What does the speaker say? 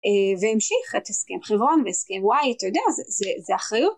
זה אמשיך את הסכם חברון והסכם ואי. אתה יודע, זה אחריות